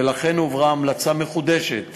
ולכן הועברה המלצה מחודשת